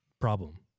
problem